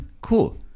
Cool